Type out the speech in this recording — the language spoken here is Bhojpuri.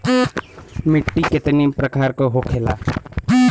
मिट्टी कितने प्रकार के होखेला?